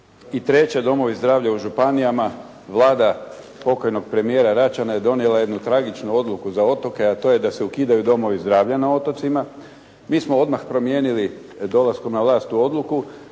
I treće, domovi zdravlja u županijama. Vlada pokojnog premijera Račana je donijela jednu tragičnu odluku za otoke, a to je da se ukidaju domovi zdravlja na otocima. Mi smo odmah promijenili dolaskom na vlast tu odluku.